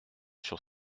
sur